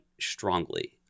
strongly